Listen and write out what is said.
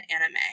anime